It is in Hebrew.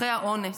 אחרי האונס,